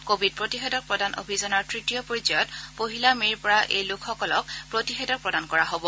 Covid প্ৰতিষেধক প্ৰদান অভিযানৰ তৃতীয় পৰ্যায়ত পহিলা মেৰ পৰা এই লোকসকলক প্ৰতিষেধক প্ৰদান কৰা হ'ব